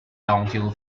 downhill